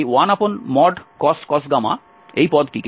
সুতরাং 1cos এই পদটিকে